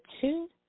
two